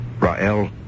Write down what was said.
Ra'el